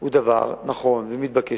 הוא דבר נכון ומתבקש.